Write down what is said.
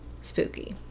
spooky